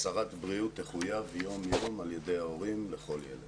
הצהרת בריאות תחויב יום יום על ידי ההורים לכל ילד.